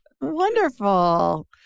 Wonderful